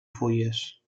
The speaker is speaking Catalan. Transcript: fulles